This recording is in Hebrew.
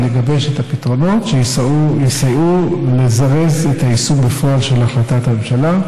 לגבש את הפתרונות שיסייעו לזרז את היישום בפועל של החלטת הממשלה.